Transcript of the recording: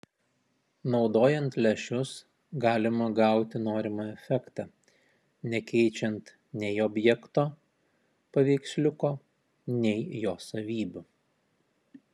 naudojant lęšius galima gauti norimą efektą nekeičiant nei objekto paveiksliuko nei jo savybių